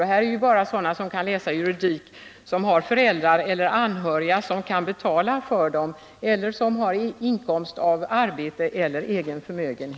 Men i Göteborg kan bara de läsa juridik som har föräldrar eller andra anhöriga som kan betala för dem eller som har inkomst av arbete eller egen förmögenhet.